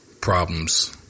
problems